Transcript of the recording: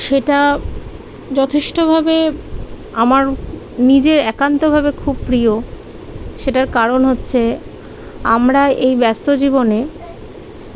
সেটা যথেষ্টভাবে আমার নিজের একান্তভাবে খুব প্রিয় সেটার কারণ হচ্ছে আমরা এই ব্যস্ত জীবনে